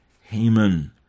Haman